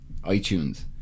iTunes